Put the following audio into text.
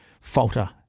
falter